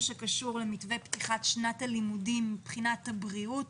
שקשור למתווה פתיחת שנת הלימודים מבחינה בריאותית,